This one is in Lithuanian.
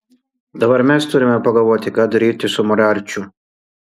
dabar mes turime pagalvoti ką daryti su moriarčiu